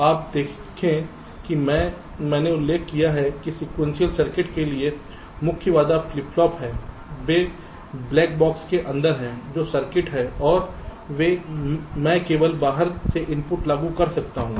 आप देखें कि मैंने उल्लेख किया है कि सीक्वेंशियल सर्किट के लिए मुख्य बाधा फ्लिप फ्लॉप है वे ब्लैक बॉक्स के अंदर हैं जो सर्किट है और मैं केवल बाहर से इनपुट लागू कर सकता हूं